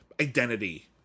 identity